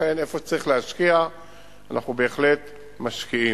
לכן, איפה שצריך להשקיע אנחנו בהחלט משקיעים.